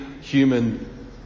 human